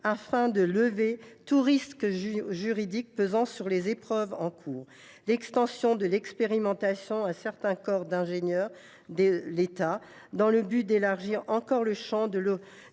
afin de lever tout risque juridique pesant sur les épreuves en cours ; l’extension de l’expérimentation à certains corps d’ingénieurs de l’État, dans le but d’élargir encore le champ des